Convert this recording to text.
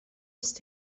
used